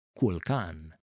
Kulkan